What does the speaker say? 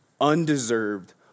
undeserved